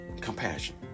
Compassion